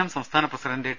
M സംസ്ഥാന president T